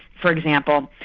for example,